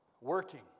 working